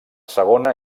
segona